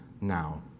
now